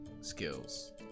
skills